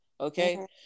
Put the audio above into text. Okay